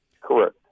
Correct